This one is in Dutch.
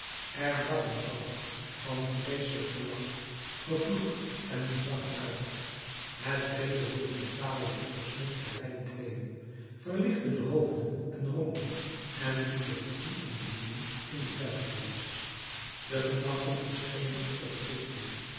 er brak een brand van vreeselijk gelach gevloek en gezang uit het breede horizontale licht doorsneed de rij in tweeën verlichtte de hoofden en rompen en liet de voeten en de wielen in de duisternis de gedachten verschenen op de gezichten